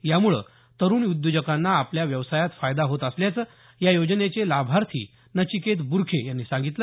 यामुळे तरुण उद्योजकांना आपल्या व्यवसायात फायदा होत असल्याचं या योजनेचे लाभार्थी नचिकेत ब्रखे यांनी सांगितलं